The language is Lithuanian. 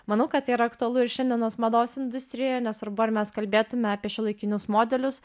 manau kad tai yra aktualu ir šiandienos mados industrijoje nesvarbu ar mes kalbėtume apie šiuolaikinius modelius